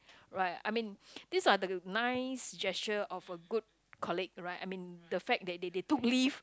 right I mean these are the nice gesture of a good colleague right I mean the fact that they they took leave